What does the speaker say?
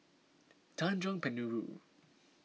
Tanjong Penjuru